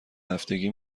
هفتگی